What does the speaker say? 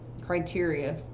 criteria